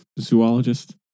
Zoologist